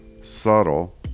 subtle